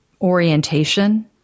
orientation